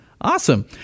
awesome